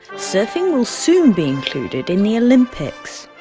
surfing will soon be included in the olympics.